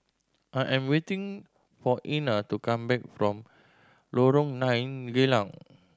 I am waiting for Ina to come back from Lorong Nine Geylang